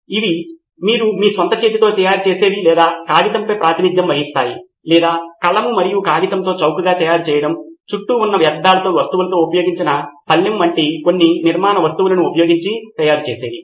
అవి మీరు మీ స్వంత చేతితో తయారుచేసేవి లేదా కాగితంపై ప్రాతినిధ్యం వహిస్తాయి లేదా కలము మరియు కాగితంతో చౌకగా తయారుచేయడం చుట్టూ ఉన్న వ్యర్థాల వస్తువులతో ఉపయోగించిన పళ్ళెము వంటి కొన్ని నిర్మాణ వస్తువులులను ఉపయోగించి తయారుచేసేవి